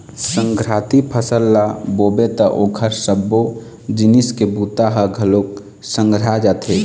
संघराती फसल ल बोबे त ओखर सबो जिनिस के बूता ह घलोक संघरा जाथे